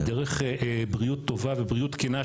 דרך בריאות טובה ובריאות תקינה,